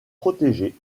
protégé